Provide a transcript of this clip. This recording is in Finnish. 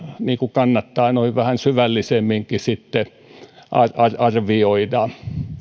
kannattaa vähän syvällisemminkin arvioida